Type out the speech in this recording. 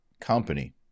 company